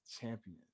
champion